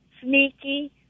sneaky